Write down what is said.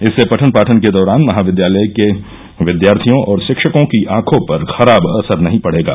इससे पठन पाठन के दौरान महाविद्यालय के विद्यार्थियों और शिक्षकों की आखों पर खराब असर नही पड़ेगा